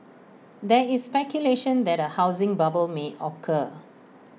there is speculation that A housing bubble may occur